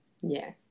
Yes